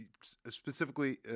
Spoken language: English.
specifically –